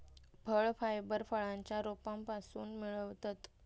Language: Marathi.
फळ फायबर फळांच्या रोपांपासून मिळवतत